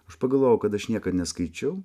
aš pagalvojau kad aš niekad neskaičiau